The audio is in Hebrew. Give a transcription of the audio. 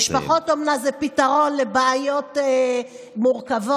משפחות אומנה זה פתרון לבעיות מורכבות.